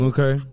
Okay